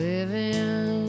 Living